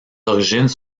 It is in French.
origines